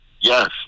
Yes